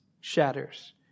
shatters